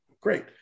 Great